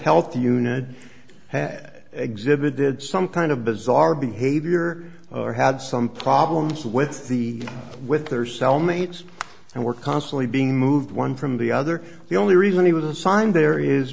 health unit had exhibited some kind of bizarre behavior or had some problems with the with their cell mates and were constantly being moved one from the other the only reason he was assigned there is